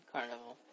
Carnival